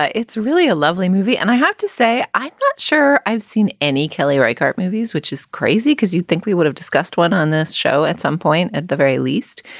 ah it's really a lovely movie and i have to say, i'm not sure i've seen any kelly rhinehart movies, which is crazy because you think we would have discussed one on this show at some point at the very least.